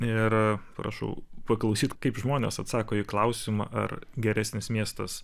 ir prašau paklausyt kaip žmonės atsako į klausimą ar geresnis miestas